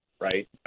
right